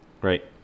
Great